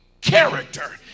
character